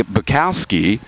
Bukowski